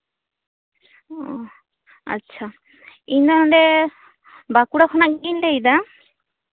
ᱚ ᱟᱪᱪᱷᱟ ᱤᱧ ᱫᱚ ᱱᱚᱰᱮ ᱵᱟᱸᱠᱩᱲᱟ ᱠᱷᱚᱱᱟᱜ ᱜᱤᱧ ᱞᱟᱹᱭᱫᱟ